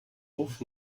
auf